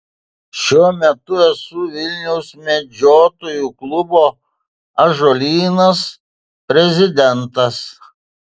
šiuo metu esu vilniaus medžiotojų klubo ąžuolynas prezidentas